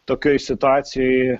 tokioj situacijoj